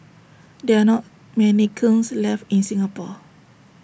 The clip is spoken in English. there are not many kilns left in Singapore